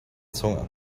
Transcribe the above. zunge